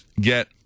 get